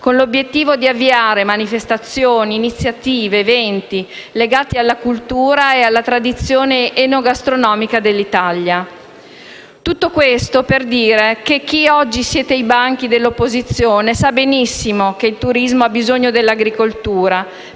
con l'obiettivo di avviare manifestazioni, iniziative, eventi legati alla cultura e alla tradizione enogastronomica dell'Italia. Tutto questo per dire che chi oggi siede ai banchi dell'opposizione sa benissimo che il turismo ha bisogno dell'agricoltura,